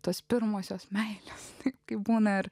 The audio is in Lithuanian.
tos pirmosios meilės tik kai būna